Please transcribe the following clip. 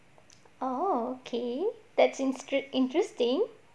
oh okay that's interest~ interesting